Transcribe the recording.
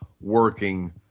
working